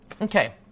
Okay